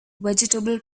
vegetable